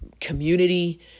community